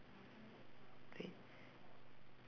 wait